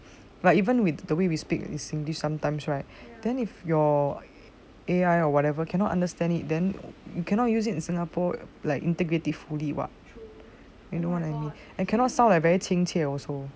like even the way we speak in singlish sometimes right then if your A_I or whatever cannot understand it then you cannot use it in singapore like [what] and cannot sound very 亲切 also